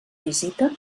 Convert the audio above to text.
visita